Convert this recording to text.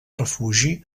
refugi